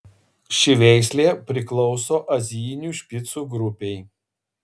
ši veislė priklauso azijinių špicų grupei